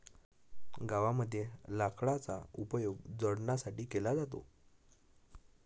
गावामध्ये लाकडाचा उपयोग जळणासाठी केला जातो